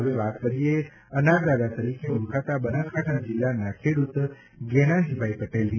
હવે વાત કરીએ અનાર દાદા તરીકે ઓળખાતા બનાસકાંઠા જિલ્લાના ખેડૂત ગનાજીભાઇ પટેલની